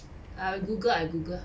I Google I Google